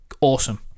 Awesome